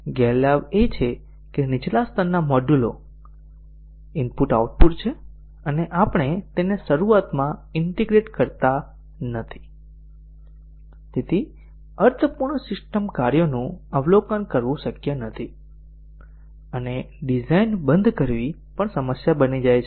ગેરલાભ એ છે કે નીચા સ્તરના મોડ્યુલો IO છે અને આપણે તેને શરૂઆતમાં ઈન્ટીગ્રેટ કરતા નથી તેથી અર્થપૂર્ણ સિસ્ટમ કાર્યોનું અવલોકન કરવું શક્ય નથી અને ડિઝાઇન બંધ કરવી પણ સમસ્યા બની જાય છે